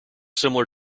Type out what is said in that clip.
similar